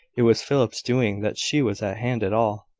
it was philip's doing that she was at hand at all.